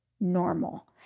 normal